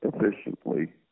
efficiently